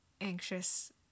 anxious